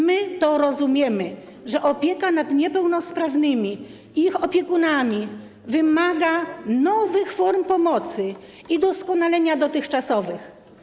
My rozumiemy, że opieka nad niepełnosprawnymi i ich opiekunami wymaga nowych form pomocy i doskonalenia dotychczasowych.